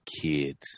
kids